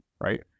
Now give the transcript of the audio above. right